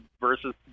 versus